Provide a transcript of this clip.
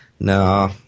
No